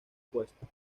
puesto